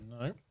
No